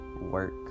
work